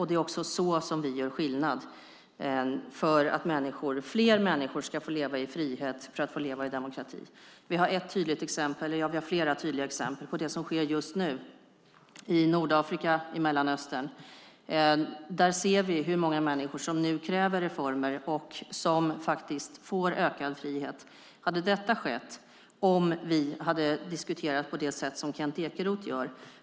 Det är också på det sättet vi gör skillnad för att fler människor ska få leva i frihet och demokrati. Jag gav flera tydliga exempel på det som sker just nu i Nordafrika och Mellanöstern. Där ser vi hur många människor som nu kräver reformer och faktiskt får ökad frihet. Hade detta skett om vi hade diskuterat som Kent Ekeroth?